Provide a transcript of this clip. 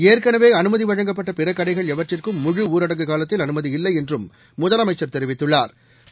ஏற்கனவே அனுமதி வழங்கப்பட்ட பிற கடைகள் எவற்றுக்கும் முழு ஊரடங்கு காலத்தில் அனுமதி இல்லை என்றும் முதலமைச்சா் தெரிவித்துள்ளாா்